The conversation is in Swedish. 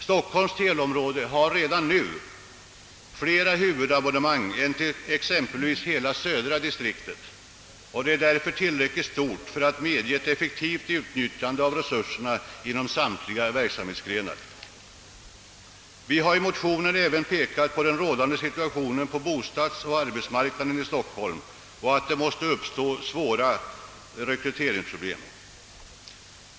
Stockholms teleområde har redan nu flera huvudabonnemang än exempelvis hela södra distriktet, och det är därför tillräckligt stort att medge ett effektivt utnyttjande av resurserna inom samtliga verksamhetsgrenar. Vi har i motionen även pekat på den rådande situationen på bostadsoch arbetsmarknaden i Stockholm och att det måste uppstå svåra rekryteringsproblem.